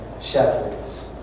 shepherds